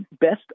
best